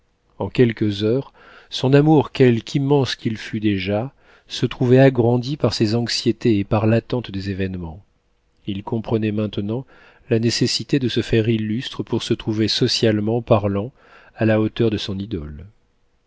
en quelques heures son amour quelque immense qu'il fût déjà se trouvait agrandi par ses anxiétés et par l'attente des événements il comprenait maintenant la nécessité de se faire illustre pour se trouver socialement parlant à la hauteur de son idole